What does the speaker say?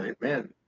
man